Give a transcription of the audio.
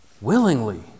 willingly